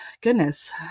goodness